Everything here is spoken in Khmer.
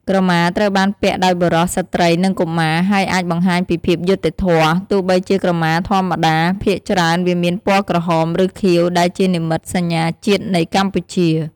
ក្រមាត្រូវបានពាក់ដោយបុរស ស្ត្រី និងកុមារ ហើយអាចបង្ហាញពីភាពយុត្តិធម៌ ទោះបីជាក្រមាធម្មតាភាគច្រើនវាមានពណ៌ក្រហម ឬខៀវ ដែលជានិមិត្តសញ្ញាជាតិនៃកម្ពុជា។